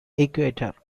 equator